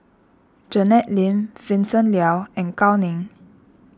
Janet Lim Vincent Leow and Gao Ning